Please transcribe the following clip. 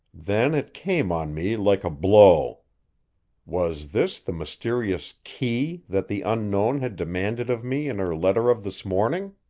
then it came on me like a blow was this the mysterious key that the unknown had demanded of me in her letter of this morning?